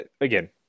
again